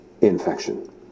infection